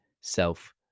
self